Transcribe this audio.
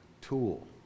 tool